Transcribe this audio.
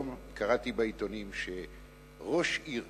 היום קראתי בעיתונים שראש עיר